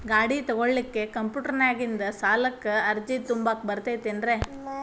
ಗಾಡಿ ತೊಗೋಳಿಕ್ಕೆ ಕಂಪ್ಯೂಟೆರ್ನ್ಯಾಗಿಂದ ಸಾಲಕ್ಕ್ ಅರ್ಜಿ ತುಂಬಾಕ ಬರತೈತೇನ್ರೇ?